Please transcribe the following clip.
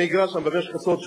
לא, ברור, בתיאום.